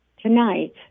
tonight